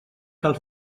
cal